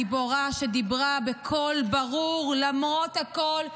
גיבורה שדיברה בקול ברור למרות הכול,